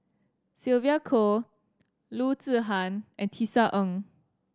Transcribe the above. Sylvia Kho Loo Zihan and Tisa Ng